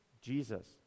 Jesus